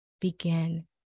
begin